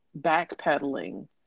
backpedaling